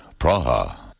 Praha